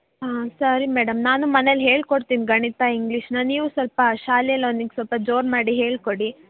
ಹಾಂ ಸರಿ ಮೇಡಮ್ ನಾನು ಮನೆಲ್ಲಿ ಹೇಳ್ಕೊಡ್ತೀನಿ ಗಣಿತ ಇಂಗ್ಲೀಷನ್ನು ನೀವು ಸ್ವಲ್ಪ ಶಾಲೆಲ್ಲಿ ಅವ್ನಿಗೆ ಸ್ವಲ್ಪ ಜೋರು ಮಾಡಿ ಹೇಳಿಕೊಡಿ